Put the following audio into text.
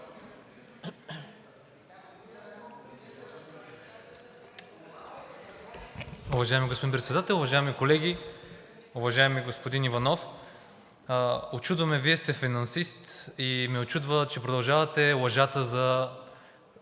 Уважаеми господин Председател, уважаеми колеги! Уважаеми господин Иванов, учудва ме – Вие сте финансист, и ме учудва, че продължавате лъжата за